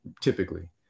typically